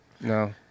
no